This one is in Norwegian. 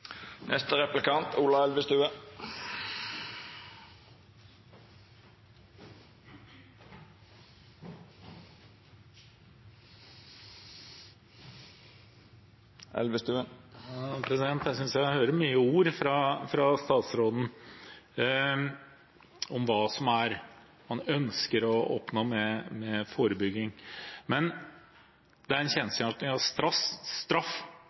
Jeg synes jeg hører mange ord fra statsråden om hva man ønsker å oppnå med forebygging. Men det er en kjensgjerning at undersøkelser om straff